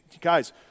guys